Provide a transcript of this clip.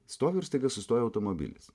stoviu ir staiga sustoja automobilis